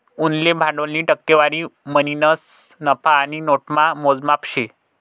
उनले भांडवलनी टक्केवारी म्हणीसन नफा आणि नोटामा मोजमाप शे